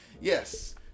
yes